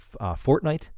Fortnite